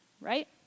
right